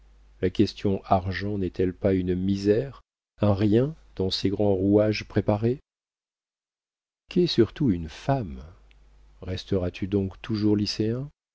la question argent n'est-elle pas une misère un rien dans ces grands rouages préparés qu'est surtout une femme resteras tu donc toujours lycéen